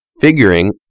figuring